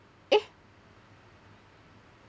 eh